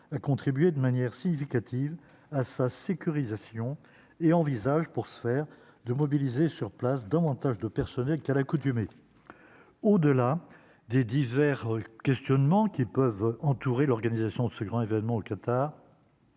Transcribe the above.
à contribuer de manière significative à sa sécurisation et envisage pour ce faire, de mobiliser sur place davantage de personnel qu'à l'accoutumée, au-delà des divers questionnements qui peuvent entourer l'organisation de ce grand événement au Qatar,